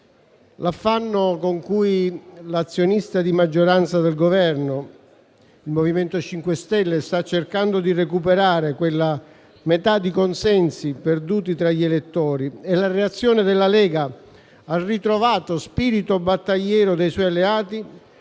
L'affanno con cui l'azionista di maggioranza del Governo, il MoVimento 5 Stelle, sta cercando di recuperare quella metà di consensi perduti tra gli elettori e la reazione della Lega al ritrovato spirito battagliero dei suoi alleati,